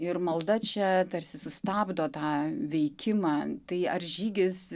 ir malda čia tarsi sustabdo tą veikimą tai ar žygis